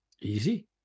easy